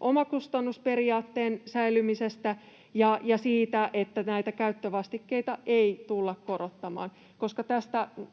omakustannusperiaatteen säilymisestä ja siitä, että näitä käyttövastikkeita tultaisiin korottamaan, koska